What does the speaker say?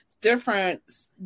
different